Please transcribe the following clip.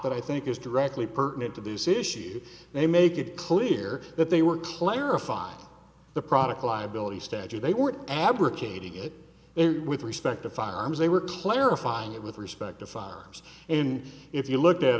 that i think is directly pertinent to this issue they make it clear that they were clarifying the product liability statute they were abrogating it with respect to firearms they were clarifying it with respect to firearms and if you looked at